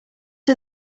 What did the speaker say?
are